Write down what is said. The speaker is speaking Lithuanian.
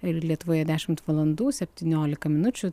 ir lietuvoje dešimt valandų septyniolika minučių